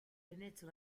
venezia